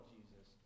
Jesus